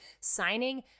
signing